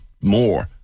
more